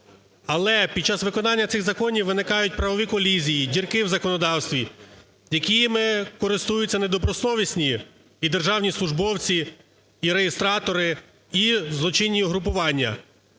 Але під час виконання цих законів, виникають правові колізії, дірки в законодавстві, якими користуються недобросовісні і державні службовці, і реєстратори, і злочинні угрупування.